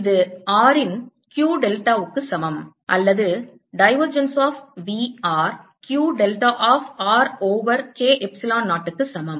இது r இன் Q டெல்டாவுக்கு சமம் அல்லது divergence of V r Q டெல்டா of r over K epsilon 0 க்கு சமம்